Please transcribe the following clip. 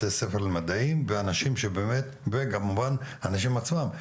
בתי הספר למדעים וכמובן האנשים עצמם.